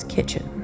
Kitchen